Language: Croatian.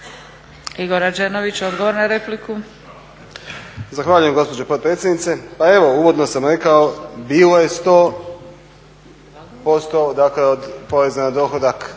**Rađenović, Igor (SDP)** Zahvaljujem gospođo potpredsjednice. Pa evo, uvodno sam rekao, bilo je 100% dakle od poreza na dohodak